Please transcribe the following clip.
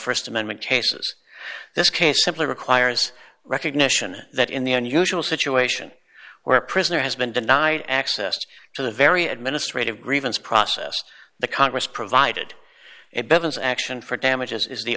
of st amendment cases this case simply requires recognition that in the unusual situation where a prisoner has been denied access to the very administrative grievance process the congress provided it bevan's action for damages is the